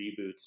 reboots